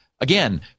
Again